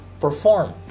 perform